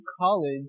college